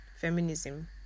feminism